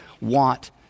want